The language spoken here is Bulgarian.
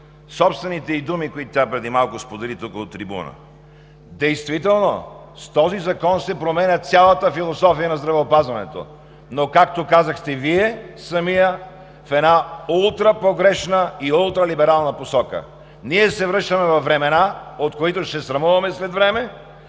собствените ѝ думи, които тя преди малко сподели от трибуната. Действително с този закон се променя цялата философия на здравеопазването, но, както Вие самият казахте, в една ултрапогрешна и ултралиберална посока. Ние се връщаме във времена, от които ще се срамуваме след време